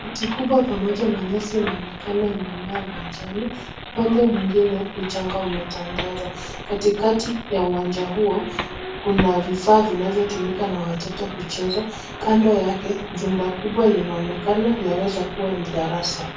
Miti kubwa pamoja na nyasi inaonekana imemea uwanjani, upande mwingine mchanga umetandazwa katikati ya uwanja huo kuna vifaa vinavyotumika na watoto kucheza, kando yake jumba kubwa linaonekana yaweza kua ni darasa.